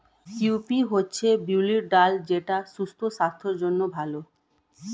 cowpea হচ্ছে বিউলির ডাল যেটা সুস্বাস্থ্যের জন্য ভালো